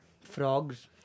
frogs